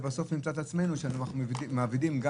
ובסוף נמצא את עצמנו שאנחנו מעבידים גם